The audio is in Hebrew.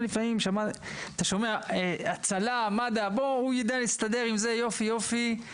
הוא יידע להסתדר יופי יופי עם הצלה ומד"א.